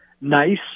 nice